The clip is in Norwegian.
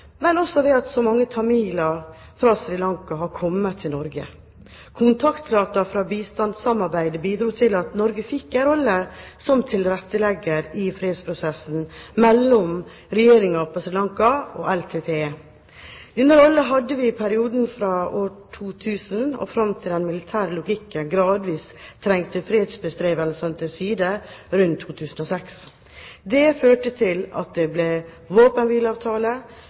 men også ved at så mange tamiler fra Sri Lanka har kommet til Norge. Kontaktflaten fra bistandssamarbeidet bidro til at Norge fikk en rolle som tilrettelegger i fredsprosessen mellom regjeringen på Sri Lanka og LTTE. Den rollen hadde vi i perioden fra 2000 og fram til den militære logikken gradvis trengte fredsbestrebelsene til side rundt 2006. Det førte til at den våpenhvileavtalen som var framforhandlet med norsk hjelp i 2002, ble